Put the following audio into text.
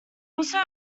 also